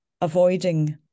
avoiding